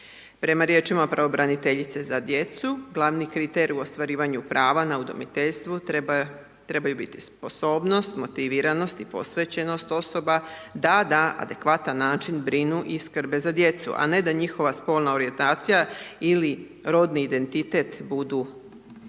Prema riječima pravobraniteljice za djecu, glavni kriterij za ostvarivanju prava na udomiteljstvu trebaju biti sposobnost, motiviranost i posvećenost osoba da na adekvatan način brinu i skrbe za djecu, a ne da njihova spolna orijentacija ili rodni identitet budu prijepor.